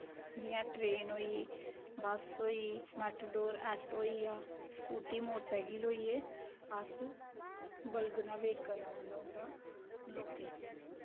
जियां ट्रेन होई बस होई मैटाडोर ऐट्टो होइया स्कूटी मोटर सैकल होइये असें बलगना पौंदा वेट करना पौंदा उंदा लोकेंई